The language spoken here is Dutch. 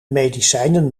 medicijnen